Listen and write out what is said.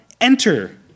enter